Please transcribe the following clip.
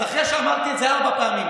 אז אחרי שאמרתי את זה ארבע פעמים,